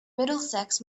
middlesex